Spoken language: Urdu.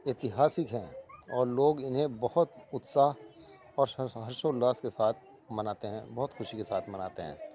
اتہاسک ہیں اور لوگ انہیں بہت اتساہ اور ہرش و الاس کے ساتھ مناتے ہیں بہت خوشی کے ساتھ مناتے ہیں